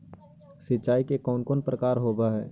सिंचाई के कौन कौन प्रकार होव हइ?